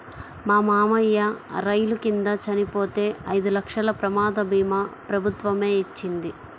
మా మావయ్య రైలు కింద చనిపోతే ఐదు లక్షల ప్రమాద భీమా ప్రభుత్వమే ఇచ్చింది